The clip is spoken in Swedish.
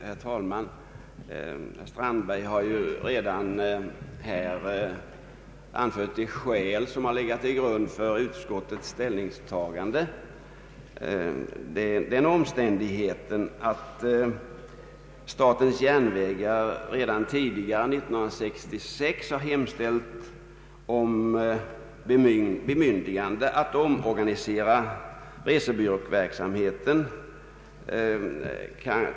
Herr talman! Herr Strandberg har i sitt anförande angett de skäl som legat till grund för utskottets ställningstagande. Statens järnvägar hemställde redan år 1966 om bemyndigande att omorganisera — resebyråverksamheten.